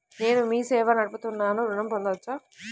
నేను మీ సేవా నడుపుతున్నాను ఋణం పొందవచ్చా?